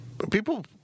People